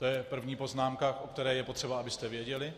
To je první poznámka, o které je potřeba, abyste věděli.